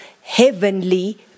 heavenly